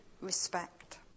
respect